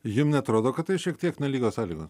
jum neatrodo kad tai šiek tiek nelygios sąlygos